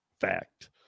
Fact